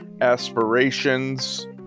aspirations